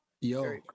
Yo